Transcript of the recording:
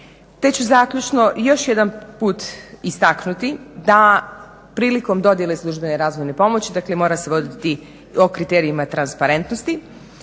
te ću zaključno još jedan put istaknuti da prilikom dodjele službene razvojne pomoći, dakle mora se voditi o kriterijima transparentnosti